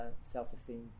self-esteem